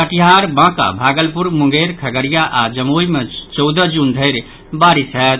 कटिहार बांका भागलपुर मुंगेर खगड़िया आओर जमुई मे चौदह जून धरि बारिश होयत